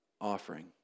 offering